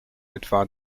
etwa